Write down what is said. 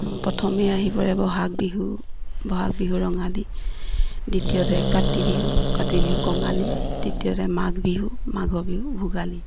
প্ৰথমে আহি পৰে বহাগ বিহু বহাগ বিহু ৰঙালী দ্বিতীয়তে কাতি বিহু কাতি বিহু কঙালী তৃতিয়তে মাঘ বিহু মাঘ' বিহু ভোগালী